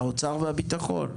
האוצר והביטחון.